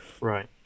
Right